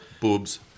boobs